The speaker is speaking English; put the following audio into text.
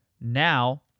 now